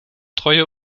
treue